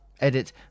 Edit